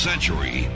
century